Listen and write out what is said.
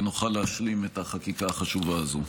ונוכל להשלים את החקיקה החשובה הזו.